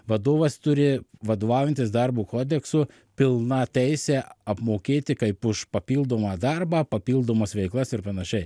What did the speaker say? vadovas turi vadovaujantis darbo kodeksu pilna teise apmokėti kaip už papildomą darbą papildomas veiklas ir panašiai